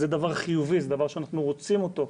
זה דבר חיובי, דבר שאנחנו רוצים אותו,